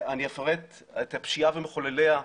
אני אפרט את הפשיעה ומכולליה,